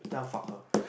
you tell her fuck her